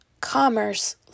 commerce